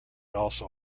also